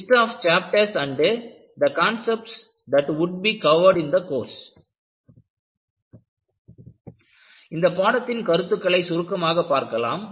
list of chapters and the concepts that would be covered in the course இந்த பாடத்தின் கருத்துக்களை சுருக்கமாக பார்க்கலாம்